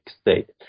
State